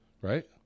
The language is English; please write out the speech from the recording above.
right